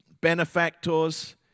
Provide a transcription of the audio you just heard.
benefactors